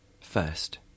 First